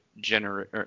generate